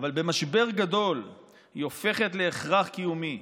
אבל במשבר גדול היא הופכת להכרח קיומי.